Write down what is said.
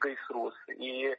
gaisrus į